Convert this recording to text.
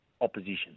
opposition